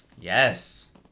Yes